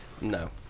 No